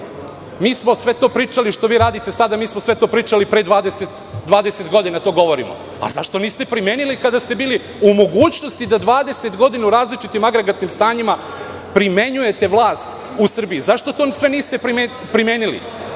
mi smo sve to pričali što vi radite sada, mi smo to pričali pre 20 godina, a pitam vas zašto niste primenili kada ste bili u mogućnosti da 20 godina u različitim agregatnim stanjima primenjujete vlast u Srbiji. Zašto to niste primenili?